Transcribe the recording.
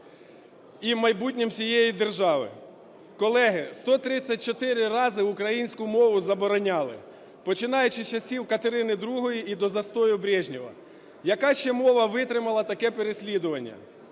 і майбутнім усієї держави. Колеги, 134 рази українську мову забороняли, починаючи з часів Катерини ІІ і до застою Брежнєва. Яка ще мова витримала таке переслідування?